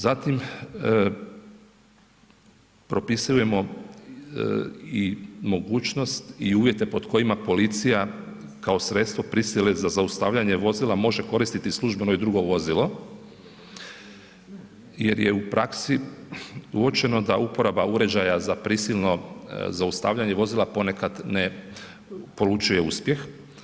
Zatim, propisujemo i mogućnost i uvjete pod kojima policija kao sredstvo prisile za zaustavljanje vozila može koristiti službeno i drugo vozilo, jer je u praksi uočeno da uporaba uređaja za prisilno zaustavljanje vozila ponekad ne polučuje uspjeh.